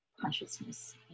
consciousness